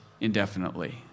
indefinitely